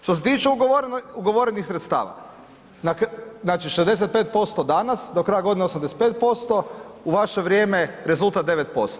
Što se tiče ugovorenih sredstava, na, znači 65% danas do kraja godine 85%, u vaše vrijeme rezultat 9%